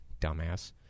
Dumbass